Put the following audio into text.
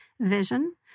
vision